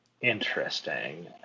Interesting